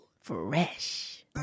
Fresh